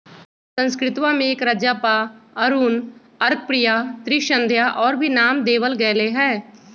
संस्कृतवा में एकरा जपा, अरुण, अर्कप्रिया, त्रिसंध्या और भी नाम देवल गैले है